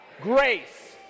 Grace